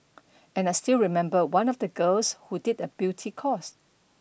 and I still remember one of the girls who did a beauty course